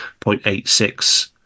0.86